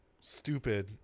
stupid